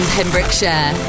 Pembrokeshire